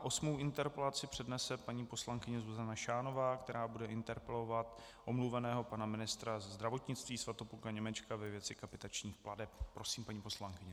Osmou interpelaci přednese paní poslankyně Zuzana Šánová, která bude interpelovat omluveného pana ministra zdravotnictví Svatopluka Německa ve věci kapitačních plateb. Prosím, paní poslankyně.